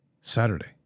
Saturday